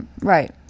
right